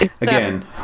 Again